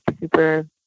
super